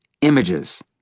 images